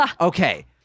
okay